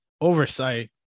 oversight